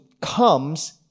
Comes